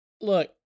look